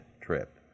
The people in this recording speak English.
trip